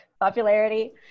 popularity